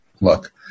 look